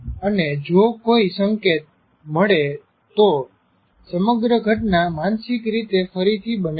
અને જો કોઈ સંકેત મળે તો સમગ્ર ઘટના માનસીક રીતે ફરીથી બને છે